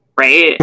right